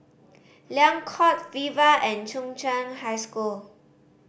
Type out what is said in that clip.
Liang Court Viva and Chung Cheng High School